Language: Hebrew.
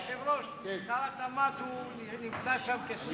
אדוני היושב-ראש, שר התמ"ת נמצא שם כסוס טרויאני.